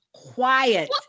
quiet